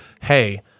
hey